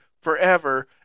forever